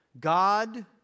God